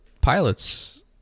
pilots